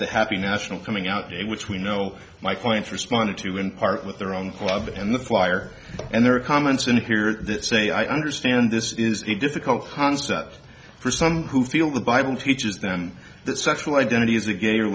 the happy national coming out day which we know my clients responded to in part with their own club and the flyer and their comments in here that say i understand this is a difficult concept for some who feel the bible teaches them that sexual identity is a gay or